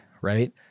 right